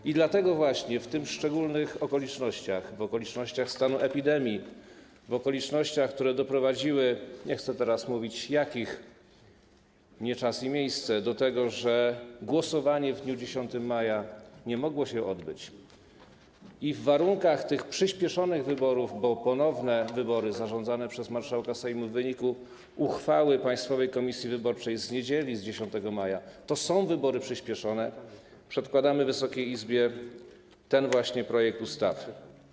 I dlatego właśnie, w tych szczególnych okolicznościach, w okolicznościach stanu epidemii, w okolicznościach, które doprowadziły - nie chcę teraz mówić jakich, nie czas i nie miejsce - do tego, że głosowanie w dniu 10 maja nie mogło się odbyć, i w warunkach tych przyspieszonych wyborów, bo ponowne wybory zarządzane przez marszałka Sejmu w wyniku uchwały Państwowej Komisji Wyborczej z niedzieli, z 10 maja, to są wybory przyspieszone, przedkładamy Wysokiej Izbie ten właśnie projekt ustawy.